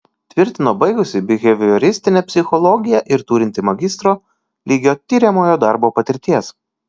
tvirtino baigusi bihevioristinę psichologiją ir turinti magistro lygio tiriamojo darbo patirties